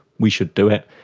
we should do it.